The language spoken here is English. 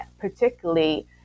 particularly